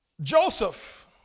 Joseph